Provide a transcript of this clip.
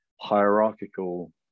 hierarchical